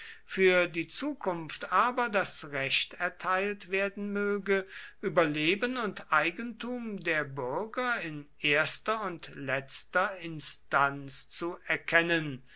für die zukunft aber das recht erteilt werden möge über leben und eigentum der bürger in erster und letzter instanz zu erkennen